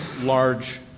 large